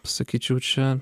sakyčiau čia